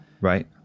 right